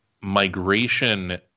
migration